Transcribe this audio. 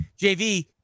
JV